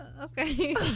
Okay